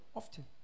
often